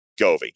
Govi